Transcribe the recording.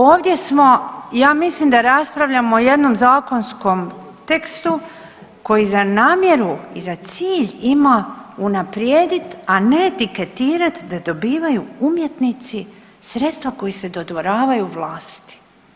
Ovdje smo ja mislim da raspravljamo o jednom zakonskom tekstu koji za namjeru i za cilj ima unaprijedit, a ne etiketirat da dobivaju umjetnici sredstva koja se dodvoravaju vlasti.